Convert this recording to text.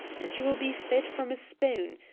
and you will be fed from a spoon.